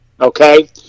okay